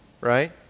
right